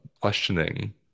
questioning